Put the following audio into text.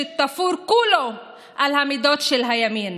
שתפור כולו על המידות של הימין.